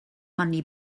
money